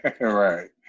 Right